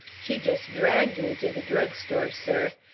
she just dragged me to the drug-store, sir.